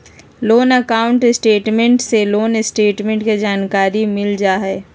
loan account statement से loan status के जानकारी मिल जा हय